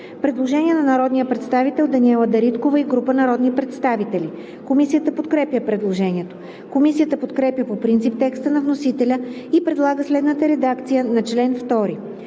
Предложение на народния представител Даниела Анастасова Дариткова-Проданова и група народни представители. Комисията подкрепя предложението. Комисията подкрепя по принцип текста на вносителя и предлага следната редакция на чл.